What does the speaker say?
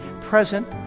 present